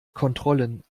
kontrollen